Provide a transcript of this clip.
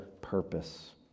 purpose